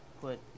put